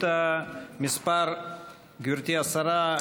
גברתי השרה,